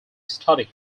studied